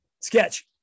Sketch